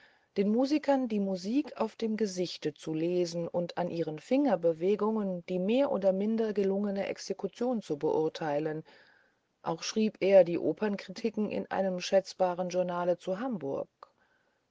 den musikern die musik auf dem gesichte zu lesen und an ihren fingerbewegungen die mehr oder minder gelungene exekution zu beurteilen auch schrieb er die operkritiken in einem schätzbaren journale zu hamburg